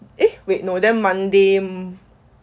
eh wait no monday